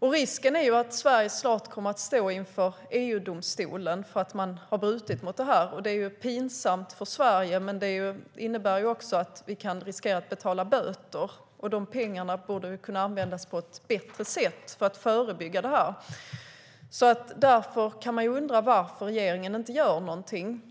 Risken är att Sverige snart kommer att stå inför EU-domstolen för att ha brutit mot reglerna. Det är pinsamt för Sverige, men det innebär också att vi kan riskera att få betala böter. De pengarna borde kunna användas på ett bättre sätt som att förebygga det här. Därför kan man undra varför regeringen inte gör någonting.